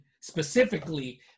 specifically